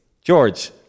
George